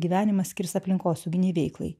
gyvenimą skirs aplinkosauginei veiklai